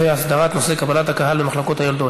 הסדרת נושא קבלת הקהל במחלקות היולדות.